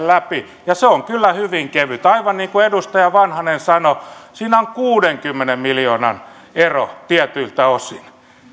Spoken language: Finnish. läpi ja se on kyllä hyvin kevyt aivan niin kuin edustaja vanhanen sanoi siinä on kuudenkymmenen miljoonan ero tietyiltä osin